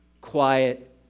Quiet